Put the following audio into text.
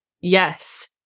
Yes